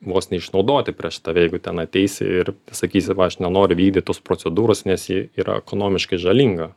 vos neišnaudoti prieš tave jeigu ten ateisi ir tai sakysi va aš nenoriu vykdyt tos procedūros nes ji yra ekonomiškai žalinga